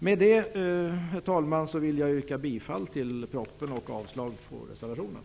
Med detta, herr talman, yrkar jag bifall till förslagen i propositionen och avslag på reservationen.